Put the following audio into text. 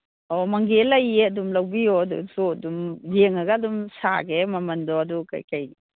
ꯑꯣ ꯃꯪꯒꯦ ꯂꯩꯌꯦ ꯑꯗꯨꯝ ꯂꯧꯕꯤꯌꯨ ꯑꯗꯨꯁꯨ ꯑꯗꯨꯝ ꯌꯦꯡꯉꯒ ꯑꯗꯨꯝ ꯁꯥꯒꯦ ꯃꯃꯟꯗꯣ ꯑꯗꯨ ꯀꯔꯤ ꯀꯔꯤ